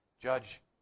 Judge